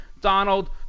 Donald